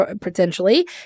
potentially